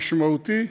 משמעותי,